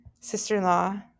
sister-in-law